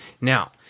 Now